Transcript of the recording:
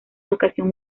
educación